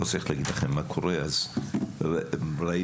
לא צריך להגיד לכם מה קורה,